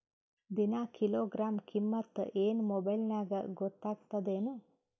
ದಿನಾ ಕಿಲೋಗ್ರಾಂ ಕಿಮ್ಮತ್ ಏನ್ ಮೊಬೈಲ್ ನ್ಯಾಗ ಗೊತ್ತಾಗತ್ತದೇನು?